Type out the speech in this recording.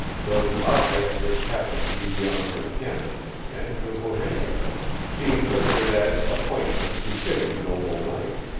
those objects which happened to be beyond her ken and there were many of them she interpreted as appointments befitting a noble knight,